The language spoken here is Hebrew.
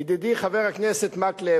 ידידי חבר הכנסת מקלב,